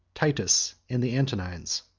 titus, and the antonines.